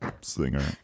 singer